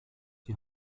die